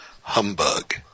Humbug